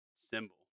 symbol